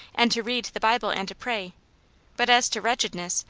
and to read the bible and to pray but as to wretchedness,